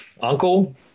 Uncle